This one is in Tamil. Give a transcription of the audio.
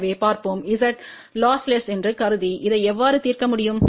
எனவே பார்ப்போம் Z லொஸ்லெஸ்து என்று கருதி இதை எவ்வாறு தீர்க்க முடியும்